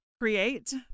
create